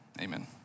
Amen